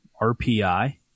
RPI